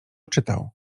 czytał